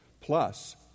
Plus